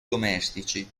domestici